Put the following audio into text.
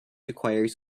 requires